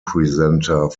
presenter